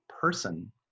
person